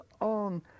on